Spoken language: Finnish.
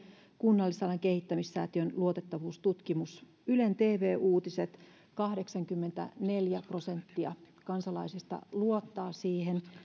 kunnallisalan kehittämissäätiön luotettavuustutkimus ylen tv uutiset ykkösenä kahdeksankymmentäneljä prosenttia kansalaisista luottaa siihen